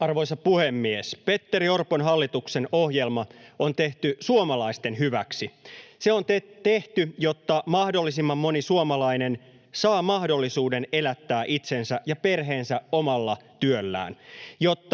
Arvoisa puhemies! Petteri Orpon hallituksen ohjelma on tehty suomalaisten hyväksi. Se on tehty, jotta mahdollisimman moni suomalainen saa mahdollisuuden elättää itsensä ja perheensä omalla työllään;